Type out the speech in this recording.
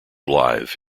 live